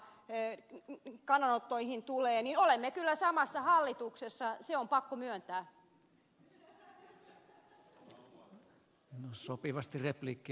tynkkysen ydinvoimakannanottoihin tulee niin olemme kyllä samassa hallituksessa se on pakko myöntää